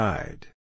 Died